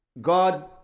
God